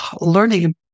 learning